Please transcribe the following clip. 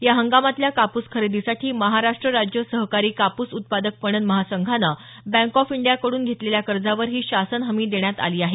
या हगामातल्या कापूस खरेदीसाठी महाराष्ट राज्य सहकारी कापूस उत्पादक पणन महासंघानं बँक ऑफ इंडियाकडून घेतलेल्या कर्जावर ही शासन हमी देण्यात आली आहे